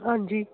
ਹਾਂਜੀ